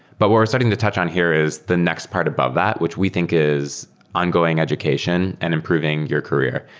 but what we're starting to touch on here is the next part above that, which we think is ongoing education and improving your career.